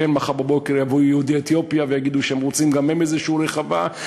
מחר בבוקר יבואו יהודי אתיופיה ויגידו שהם רוצים גם הם איזושהי רחבה,